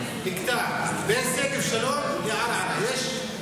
ואני ניסיתי עוד תוך כדי כך לקבל קצת תשובות.